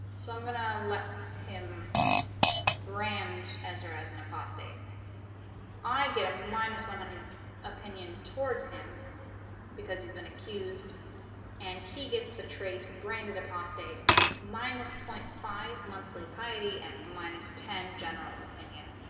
so i'm gonna let him brand ezra as an apostate i get a minus one hundred opinion towards him because he's been accused and he gets the trait branded apostate minus zero point five monthly piety and minus ten general opinion